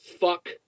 Fuck